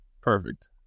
Perfect